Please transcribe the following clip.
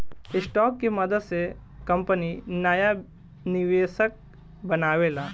stock के मदद से कंपनी नाया निवेशक बनावेला